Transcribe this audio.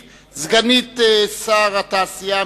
ותשיב סגנית שר התעשייה,